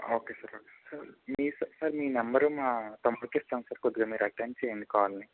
okay sir okay sir మీ number మా తమ్ముడికి ఇస్తాను సార్ కొద్దిగా మీరు అటెండ్ చెయ్యండి కాల్ని